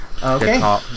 Okay